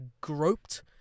groped